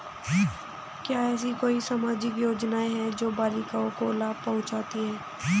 क्या ऐसी कोई सामाजिक योजनाएँ हैं जो बालिकाओं को लाभ पहुँचाती हैं?